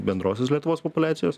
bendrosios lietuvos populiacijos